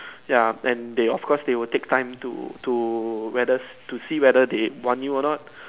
ya and they of course they will take time to to whether to see whether they will want you or not